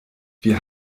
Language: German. wir